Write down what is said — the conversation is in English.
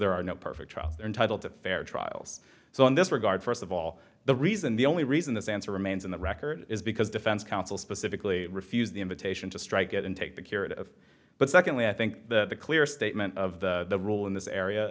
there are no perfect trials they're entitled to fair trials so in this regard first of all the reason the only reason this answer remains in the record is because defense counsel specifically refused the invitation to strike it and take the carrot of but secondly i think that the clear statement of the rule in this area